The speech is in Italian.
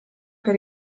per